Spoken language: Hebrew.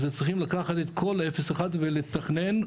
צריכים לקחת את כל ה-0-1 ולתכנן,